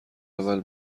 اول